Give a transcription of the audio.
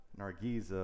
Nargiza